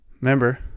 Remember